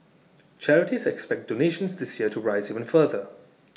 charities expect donations this year to rise even further